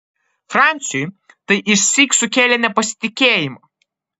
franciui tai išsyk sukėlė nepasitikėjimą